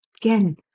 again